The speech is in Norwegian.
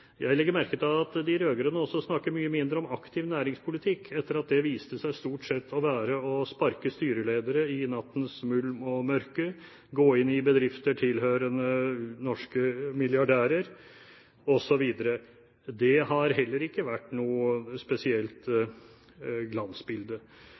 Jeg legger merke til at de rød-grønne også snakker mye mindre om aktiv næringspolitikk, etter at det stort sett viste seg å være å sparke styreledere i nattens mulm og mørke, gå inn i bedrifter tilhørende norske milliardærer, osv. Det har heller ikke vært noe spesielt